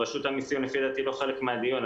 רשות המסים לפי דעתי לא חלק מהדיון.